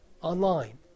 online